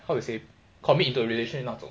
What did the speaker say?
how to say commit into a relation 那种